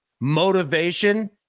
motivation